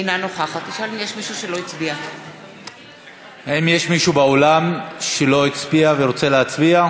אינה נוכחת האם יש מישהו באולם שלא הצביע ורוצה להצביע?